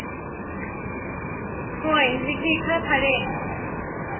ꯍꯣꯏ ꯍꯧꯖꯤꯛꯇꯤ ꯈꯔ ꯐꯔꯦ